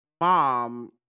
mom